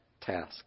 task